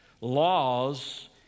laws